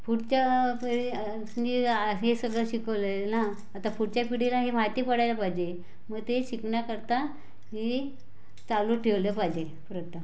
पुढच्या पिढीने हे सगळं शिकवलं आहे ना आता पुढच्या पिढीला हे माहिती पडायला पाहिजे मग ते शिकण्याकरता हे चालू ठेवल्या पाहिजे प्रथा